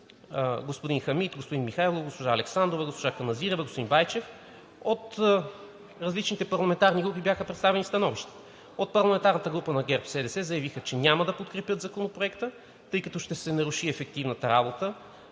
господин Хамид, господин Михайлов, госпожа Александрова, госпожа Каназирева и господин Байчев. От различните парламентарни групи бяха представени становища. От парламентарната група на ГЕРБ-СДС заявиха, че няма да подкрепят Законопроекта, тъй като ще се наруши ефективната работа